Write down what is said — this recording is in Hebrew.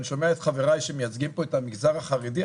אני שומע את חבריי שמייצגים פה את המגזר החרדי,